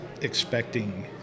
expecting